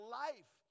life